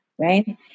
right